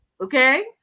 Okay